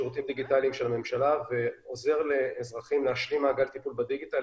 בשירותים דיגיטליים של הממשלה ועוזר לאזרחים להשלים מאגר טיפול בדיגיטל,